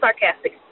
sarcastic